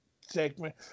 segment